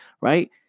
right